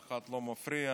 אף אחד לא מפריע,